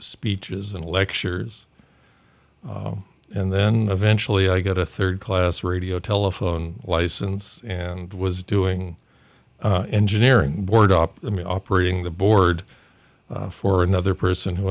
speeches and lectures and then eventually i got a third class radiotelephone license and was doing engineering board up the operating the board for another person who